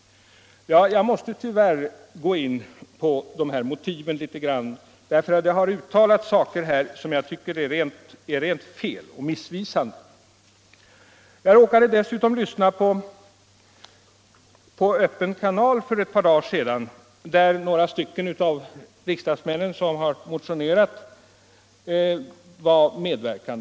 Ja, jag måste tyvärr gå in på motiven litet grann, för det har uttalats saker här som jag tycker är rent felaktiga och missvisande. Dessutom råkade jag för ett par dagar sedan lyssna på programmet Öppen kanal, där några av de riksdagsmän som nu har motionerat medverkade.